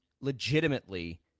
legitimately